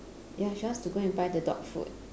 ya she wants to go and buy the dog food